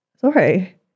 Sorry